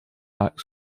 acts